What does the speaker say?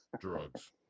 drugs